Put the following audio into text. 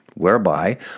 whereby